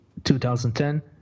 2010